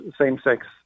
same-sex